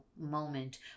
moment